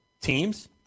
teams